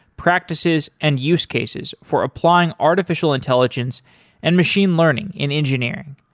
practices, and use cases for applying artificial intelligence and machine learning in engineering.